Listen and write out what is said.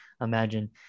imagine